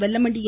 Vellamandi என்